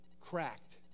cracked